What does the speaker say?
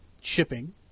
shipping